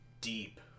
deep